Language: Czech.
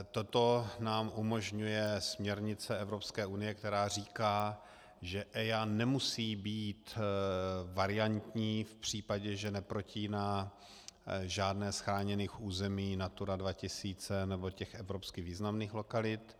Toto nám umožňuje směrnice Evropské unie, která říká, že EIA nemusí být variantní v případě, že neprotíná žádné z chráněných území Natura 2000 nebo evropsky významných lokalit.